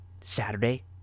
Saturday